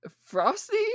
Frosty